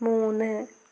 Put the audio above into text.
മൂന്ന്